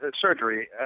surgery